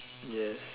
yes